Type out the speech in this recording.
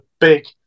big